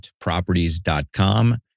properties.com